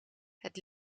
het